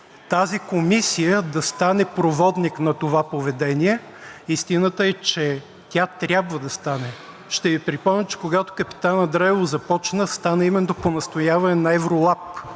тази комисия да стане проводник на това поведение. Истината е, че тя трябва да стане. Ще Ви припомня, че когато „Капитан Андреево“ започна, стана именно по настояване на Евролаб.